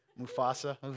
Mufasa